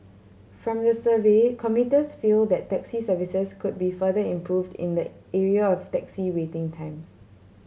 from the survey commuters feel that taxi services could be further improved in the area of taxi waiting times